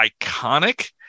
iconic